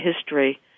history